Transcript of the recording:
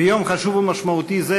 ביום חשוב ומשמעותי זה,